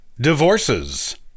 divorces